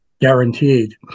guaranteed